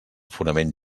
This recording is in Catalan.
fonament